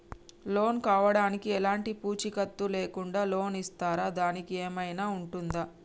Loan కావడానికి ఎలాంటి పూచీకత్తు లేకుండా లోన్ ఇస్తారా దానికి ఏమైనా ఉంటుందా?